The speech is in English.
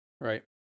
Right